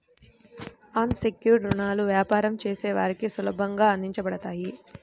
అన్ secured రుణాలు వ్యాపారం చేసే వారికి సులభంగా అందించబడతాయి